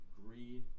greed